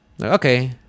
Okay